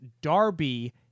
darby